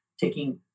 Taking